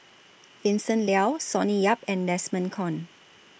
Vincent Leow Sonny Yap and Desmond Kon